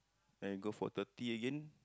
and go for thirty again